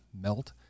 melt